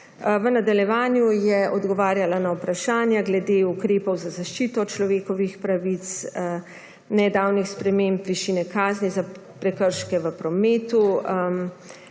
V nadaljevanju je odgovarjala na vprašanja glede ukrepov za zaščito človekovih pravic, nedavnih sprememb višine kazni za prekrške v prometu,